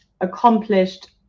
accomplished